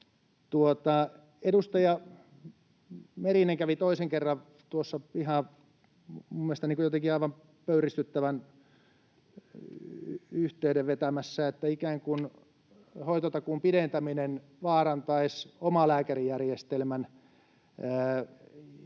Edustaja Merinen kävi toisen kerran tuossa minun mielestäni jotenkin aivan pöyristyttävän yhteyden vetämässä, että ikään kuin hoitotakuun pidentäminen vaarantaisi omalääkärijärjestelmän,